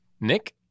Nick